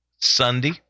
Sunday